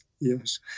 Yes